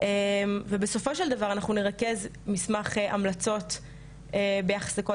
ובסופו של דבר אנחנו נרכז מסמך המלצות ביחס לכל